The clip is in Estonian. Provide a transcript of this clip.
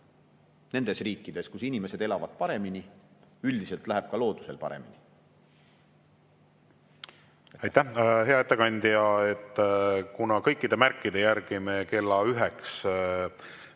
nendes riikides, kus inimesed elavad paremini, läheb üldiselt ka loodusel paremini. Aitäh, hea ettekandja! Kuna kõikide märkide järgi me kella üheks